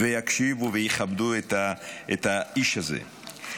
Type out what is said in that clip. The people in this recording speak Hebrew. ויקשיבו ויכבדו את האיש הזה.